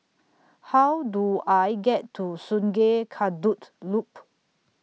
How Do I get to Sungei Kadut Loop